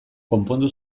konpondu